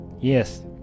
Yes